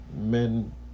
men